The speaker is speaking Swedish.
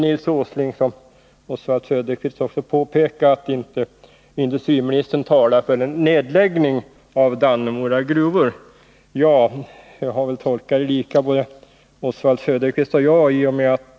Nils Åsling talade inte, vilket också Oswald Söderqvist påpekade, för en nedläggning av Dannemora gruvor. Både Oswald Söderqvist och jag tolkade väl industriministern på samma sätt.